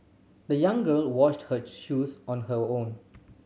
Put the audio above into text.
the young girl washed her shoes on her own